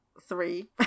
three